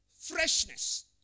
freshness